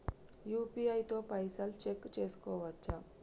UPI తో పైసల్ check చేసుకోవచ్చా?